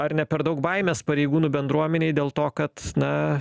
ar ne per daug baimės pareigūnų bendruomenėj dėl to kad na